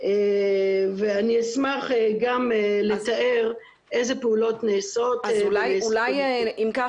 אני אשמח גם לתאר איזה פעולות נעשות אם כך,